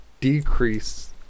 decrease